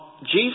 Jesus